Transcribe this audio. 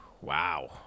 Wow